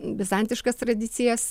bizantiškas tradicijas